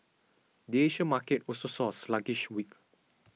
the Asia market also saw a sluggish week